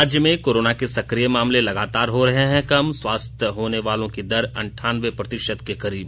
राज्य में कोराना के सक्रिय मामले लगातार हो रहे हैं कम स्वस्थ होने वालों की दर अंठानवे प्रतिशत के करीब